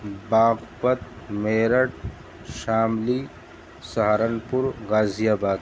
باغپت میرٹھ شاملی سہارنپور غازی آباد